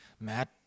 matt